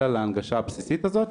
אלא להנגשה הבסיסית הזאת,